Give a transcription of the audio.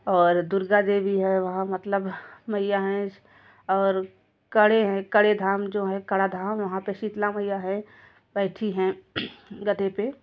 और दुर्गा देवी हैं वहाँ मतलब मैया हैं और कड़े हैं कड़े धाम जो हैं कड़ा धाम वहाँ पे शीतला मैया है बैठी हैं गधे पे